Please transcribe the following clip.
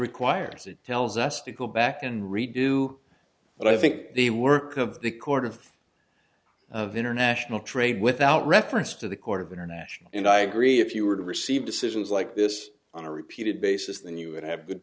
requires it tells us to go back and redo but i think the work of the court of of international trade without reference to the court of international and i agree if you were to receive decisions like this on a repeated basis then you would have good